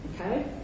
okay